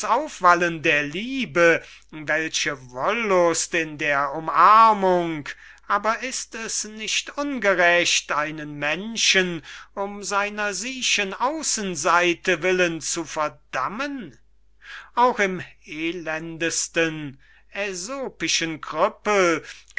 aufwallen der liebe welche wollust in der umarmung aber ist es nicht ungerecht einen menschen um seiner siechen aussenseite willen zu verdammen auch im elendesten aesopischen krüppel